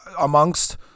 amongst